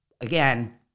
Again